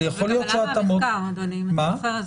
זה גם עלה מהמחקר, אדוני, אם אתה זוכר.